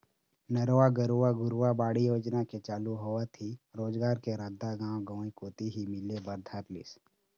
नरूवा, गरूवा, घुरूवा, बाड़ी योजना के चालू होवत ही रोजगार के रद्दा गाँव गंवई कोती ही मिले बर धर लिस